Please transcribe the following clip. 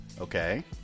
Okay